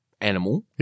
animal